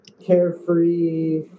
carefree